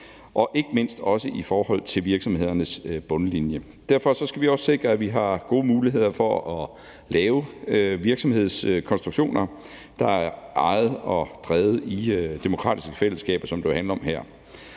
gælder det også i forhold til virksomhedernes bundlinje. Derfor skal vi også sikre, at vi har gode muligheder for at lave virksomhedskonstruktioner, der er ejet og drevet i demokratiske fællesskaber, som det handler om her.